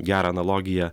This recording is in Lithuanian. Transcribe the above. gerą analogiją